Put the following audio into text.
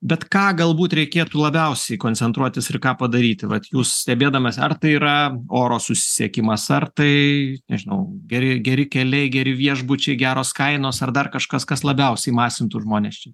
bet ką galbūt reikėtų labiausiai koncentruotis ir ką padaryti vat jūs stebėdama ar tai yra oro susisiekimas ar tai nežinau geri geri keliai geri viešbučiai geros kainos ar dar kažkas kas labiausiai masintų žmones čia